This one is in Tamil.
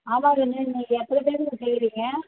ஆமாம் ரேணு இன்றைக்கு எத்தனை பேருக்கு செய்கிறீங்க